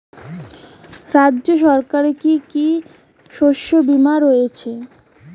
রাজ্য সরকারের কি কি শস্য বিমা রয়েছে?